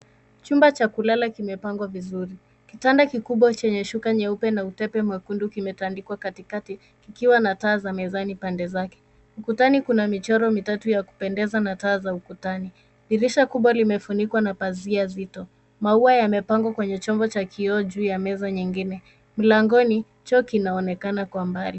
Chumba cha kulala kimepangwa vizuri. Kitanda kikubwa chenye shuka nyeupe na utepe mwekundu kimetandikwa katikati ikiwa na taa za mezani katika pande zake. Ukutani kuna michoro mitatu ya kupendeza na taa za ukutani. Dirisha kubwa limefunikwa na pazia zito. Maua yamepangwa kwenye chombo cha kioo juu ya meza nyingine. Mlangoni choo inaonekana kwa mbali.